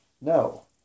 No